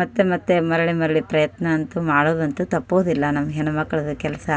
ಮತ್ತು ಮತ್ತು ಮರಳಿ ಮರಳಿ ಪ್ರಯತ್ನ ಅಂತೂ ಮಾಡೋದಂತೂ ತಪ್ಪೋದಿಲ್ಲ ನಮ್ಮ ಹೆಣ್ಣು ಮಕ್ಳದ್ದು ಕೆಲಸ